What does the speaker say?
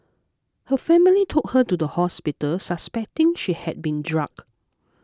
her family took her to the hospital suspecting she had been drugged